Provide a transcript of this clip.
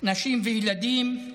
נשים וילדים.